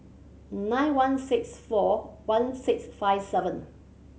nine one six four one six five seven